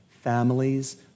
families